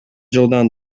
жылдан